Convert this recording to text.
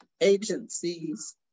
agencies